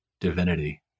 divinity